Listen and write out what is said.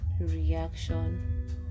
reaction